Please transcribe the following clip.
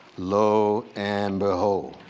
lo and behold,